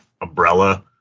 umbrella